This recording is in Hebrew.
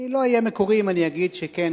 אני לא אהיה מקורי אם אני אגיד שכן,